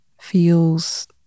feels